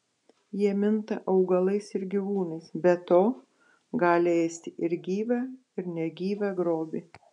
jie minta augalais ir gyvūnais be to gali ėsti ir gyvą ir negyvą grobį